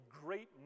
great